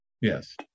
Yes